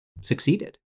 succeeded